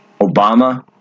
Obama